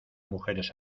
mujeres